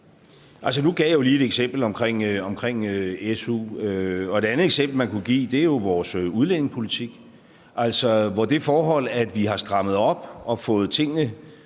Nu gav jeg lige et eksempel med SU. Et andet eksempel, man kunne give, er vores udlændingepolitik. Vi har strammet op og fået tingene